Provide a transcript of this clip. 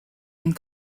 and